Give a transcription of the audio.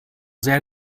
sehr